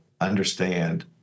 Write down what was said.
understand